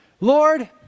Lord